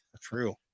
True